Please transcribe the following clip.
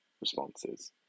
responses